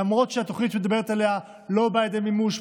למרות שהתוכנית שאת מדברת עליה לא באה לידי מימוש,